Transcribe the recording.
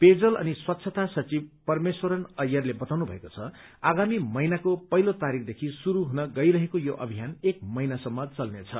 पेयजल अनि स्वच्छता सचिव परमेश्वरण अय्यरले बताउनु भएको छ आगामी महिनाको पहिलो तारिखदेखि शुरू हुन गइरहेको यो अभियान एक महिनासम्म चल्नेछ